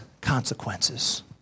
consequences